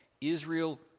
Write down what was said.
Israel